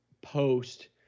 Post